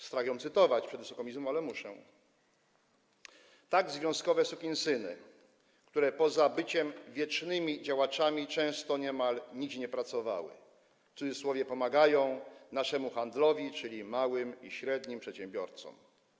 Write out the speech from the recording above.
Strach ją cytować przed Wysoką Izbą, ale muszę: Tak związkowe sukinsyny, które poza byciem wiecznymi działaczami często niemal nigdzie nie pracowały, „pomagają” naszemu handlowi, czyli małym i średnim przedsiębiorcom.